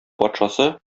патшасы